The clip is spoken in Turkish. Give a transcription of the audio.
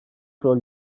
rol